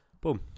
boom